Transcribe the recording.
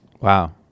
Wow